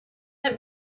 let